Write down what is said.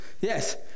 Yes